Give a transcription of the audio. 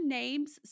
names